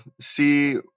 see